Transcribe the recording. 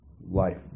life